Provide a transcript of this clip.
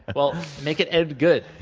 well, make it end good.